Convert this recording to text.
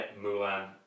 Mulan